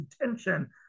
intention